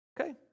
Okay